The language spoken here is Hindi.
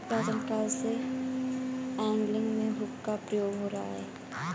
प्राचीन काल से एंगलिंग में हुक का प्रयोग हो रहा है